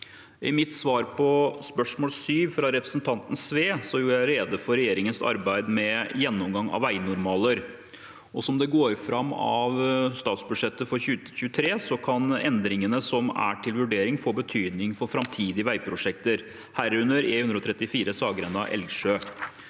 I mitt svar på spørsmål nr. 7, fra representanten Sve, gjorde jeg rede for regjeringens arbeid med gjennomgang av veinormaler. Som det går fram av statsbudsjettet for 2023, kan endringene som er til vurdering, få betydning for framtidige veiprosjekter, herunder E134 Saggrenda–Elgsjø.